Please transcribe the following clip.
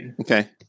Okay